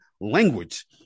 language